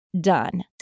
done